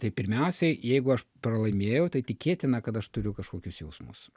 tai pirmiausia jeigu aš pralaimėjau tai tikėtina kad aš turiu kažkokius jausmus